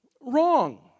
Wrong